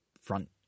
front